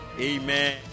Amen